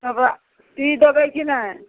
तब सी देबै कि नहि